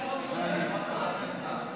14 נתקבלו.